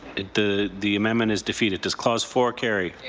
the the amend is defeated does clause four carry.